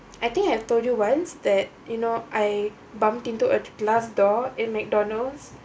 I think have told you once that you know I bumped into a glass door in McDonald's